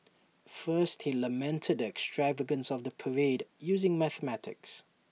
first he lamented the extravagance of the parade using mathematics